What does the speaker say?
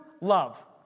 love